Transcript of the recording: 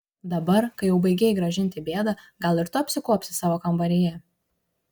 dabar kai jau baigei gražinti bėdą gal ir tu apsikuopsi savo kambaryje